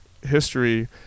history